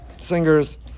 singers